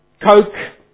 Coke